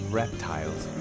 reptiles